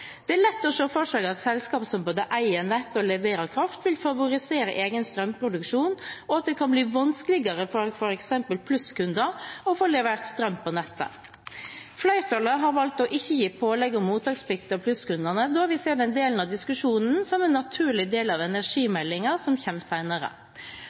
Det er lett å se for seg at et selskap som både eier nett og leverer kraft, vil favorisere egen strømproduksjon, og at det kan bli vanskeligere for f.eks. plusskunder å få levert strøm på nettet. Flertallet har valgt ikke å gi pålegg om mottaksplikt av plusskundene, da vi ser den delen av diskusjonen som en naturlig del av